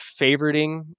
favoriting